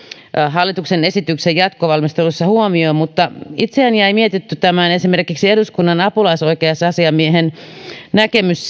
hallituksen esityksen jatkovalmisteluissa huomioon mutta itseäni jäi mietityttämään esimerkiksi eduskunnan apulaisoikeusasiamiehen näkemys